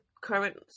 current